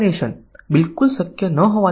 y હોય તેવું input આપણે આપવું પડશે